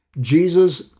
Jesus